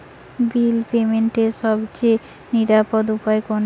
বিল পেমেন্টের সবচেয়ে নিরাপদ উপায় কোনটি?